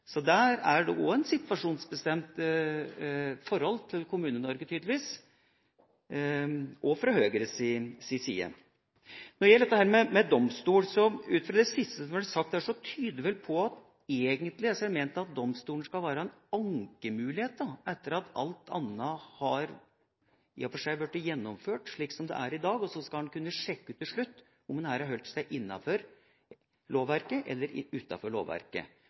Så der er det tydeligvis også fra Høyres side et situasjonsbestemt forhold til Kommune-Norge. Så til dette med domstol: Det siste som er blitt sagt her, tyder vel på at egentlig er det ment slik at domstolen skal være en ankemulighet etter at alt annet i og for seg har blitt gjennomført slik som det er i dag, og så skal en kunne sjekke til slutt om en har holdt seg innenfor eller utenfor lovverket.